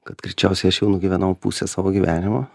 kad greičiausiai aš jau nugyvenau pusę savo gyvenimo